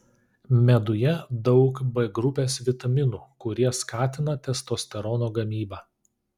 meduje daug b grupės vitaminų kurie skatina testosterono gamybą